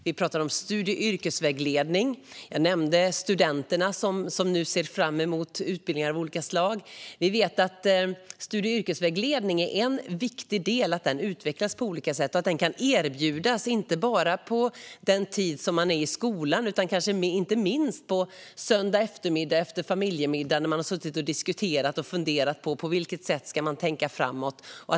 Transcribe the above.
Vi talar om studie och yrkesvägledning. Jag nämnde studenterna som nu ser fram mot utbildningar av olika slag. Vi vet att studie och yrkesvägledning är en viktig del. Den ska utvecklas på olika sätt och erbjudas inte bara på den tid man är i skolan utan inte minst på söndag eftermiddag efter familjemiddagen när man har suttit och diskuterat och funderat. På viket sätt ska man tänka framåt?